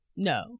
No